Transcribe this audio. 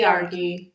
Argue